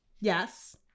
Yes